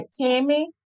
Tammy